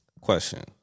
Question